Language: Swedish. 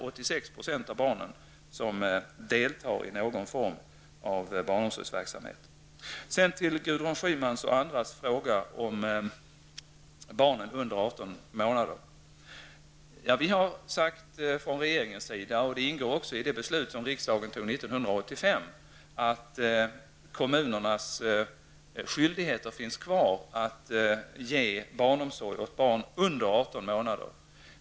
86 % av barnen deltar i någon form av barnomsorgsverksamhet. Till Gudrun Schymans och andras frågor om barn under 18 månader vill jag säga följande. Regeringen har sagt -- och det ingår också i det beslut riksdagen fattade 1985 -- att kommunernas skyldigheter finns kvar att ge barnomsorg åt barn under 18 månader.